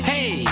Hey